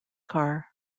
car